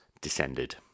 descended